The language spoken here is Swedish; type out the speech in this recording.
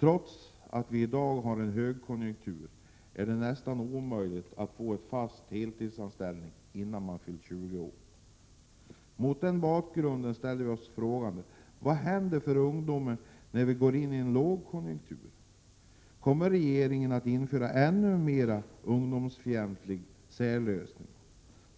Trots dagens 13 april 1988 högkonjunktur är det nästan omöjligt att få en fast heltidsanställning innan Arbetsmar knadspotidman fyllt 20 år. Mot denna bakgrund frågar vi oss vad som händer för ungdomen, när vårt ken land går in i en lågkonjunktur. Kommer regeringen att skapa ännu fler ungdomsfientliga särlösningar?